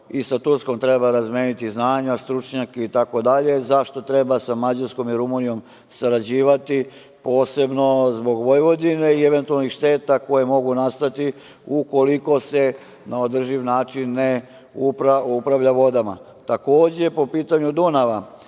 i sa Turskom treba razmeniti znanja, stručnjake i tako dalje, zašto treba sa Mađarkom i Rumunijom sarađivati, posebno zbog Vojvodine i eventualnih šteta koje mogu nastati ukoliko se na održiv način ne upravlja vodama. Takođe, po pitanju Dunava